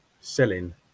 selling